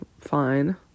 fine